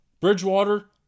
Bridgewater